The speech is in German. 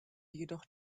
jedoch